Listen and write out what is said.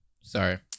sorry